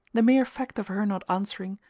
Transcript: the mere fact of her not answering,